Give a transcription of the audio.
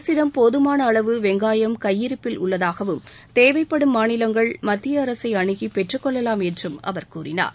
அரசிடம் போதமான அளவு வெங்காயம் கையிருப்பில் உள்ளதாகவும் தேவைப்படும் மாநிலங்கள் மத்திய அரசை அணுகி பெற்றுக் கொள்ளலாம் என்றும் அவர் கூறினார்